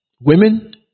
Women